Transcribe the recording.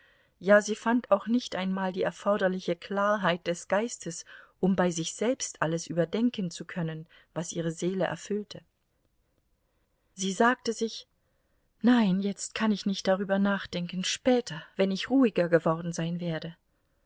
ja sie fand auch nicht einmal die erforderliche klarheit des geistes um bei sich selbst alles überdenken zu können was ihre seele erfüllte sie sagte sich nein jetzt kann ich nicht darüber nachdenken später wenn ich ruhiger geworden sein werde